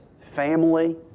family